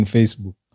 Facebook